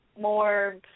more